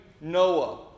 Noah